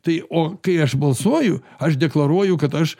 tai o kai aš balsuoju aš deklaruoju kad aš